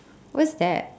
where's that